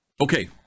Okay